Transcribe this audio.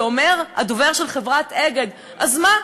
ואומר הדובר של חברת "אגד": אז מה?